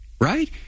right